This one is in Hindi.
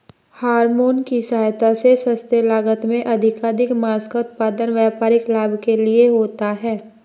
हॉरमोन की सहायता से सस्ते लागत में अधिकाधिक माँस का उत्पादन व्यापारिक लाभ के लिए होता है